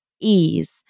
ease